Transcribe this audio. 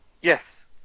Yes